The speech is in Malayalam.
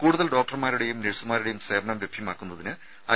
കൂടുതൽ ഡോക്ടർമാരുടെയും നഴ്സുമാരുടെയും സേവനം ലഭ്യമാക്കുന്നതിന് ഐ